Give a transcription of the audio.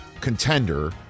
contender